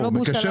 כנציג של